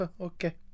Okay